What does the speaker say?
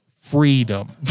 Freedom